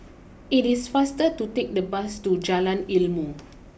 it is faster to take the bus to Jalan Ilmu